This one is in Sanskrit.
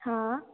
हा